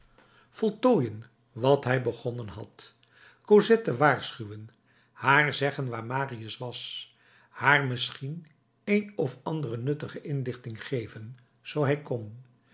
voltooien wat hij begonnen had cosette waarschuwen haar zeggen waar marius was haar misschien een of andere nuttige inlichting geven zoo hij kon